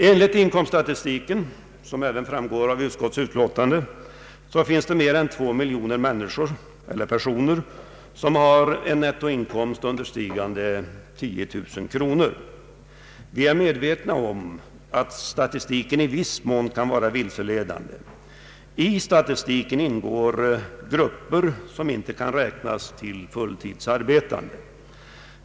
Enligt inkomststatistiken, som även är intagen i utskottsutlåtandet, finns i vårt land mer än två miljoner personer som har en nettoinkomst understigande 10 000 kronor. Vi är medvetna om att statistiken i viss mån kan vara vilseledande, eftersom den innefattar grupper som inte kan räknas till fulltidsarbetande.